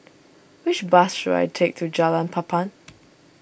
which bus should I take to Jalan Papan